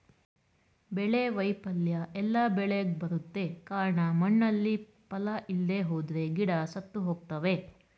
ಬೆಳೆ ವೈಫಲ್ಯ ಎಲ್ಲ ಬೆಳೆಗ್ ಬರುತ್ತೆ ಕಾರ್ಣ ಮಣ್ಣಲ್ಲಿ ಪಾಲ ಇಲ್ದೆಹೋದ್ರೆ ಗಿಡ ಸತ್ತುಹೋಗ್ತವೆ